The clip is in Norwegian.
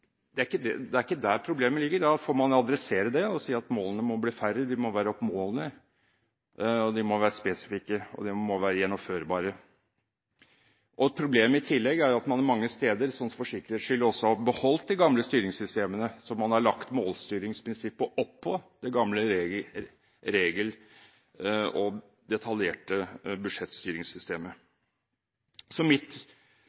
Det er ikke der problemet ligger. Da får man adressere det og si at målene må bli færre, oppnåelige, spesifikke og gjennomførbare. I tillegg er problemet at man mange steder, for sikkerhets skyld, har beholdt de gamle styringssystemene, slik at man har lagt målstyringsprinsippet oppå det gamle, detaljerte regel- og